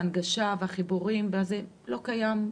ההנגשה והחיבורים לא קיים,